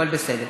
הכול בסדר.